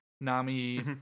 Nami